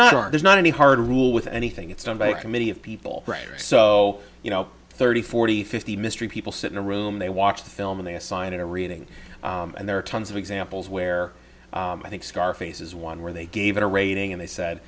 not there's not any hard rule with anything it's done by a committee of people so you know thirty forty fifty mystery people sit in a room they watch the film and they assign it a rating and there are tons of examples where i think scarface is one where they gave it a rating and they said